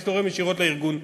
הייתי תורם ישירות לארגון.